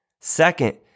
Second